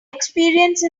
experience